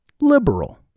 Liberal